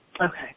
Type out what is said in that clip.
Okay